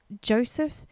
Joseph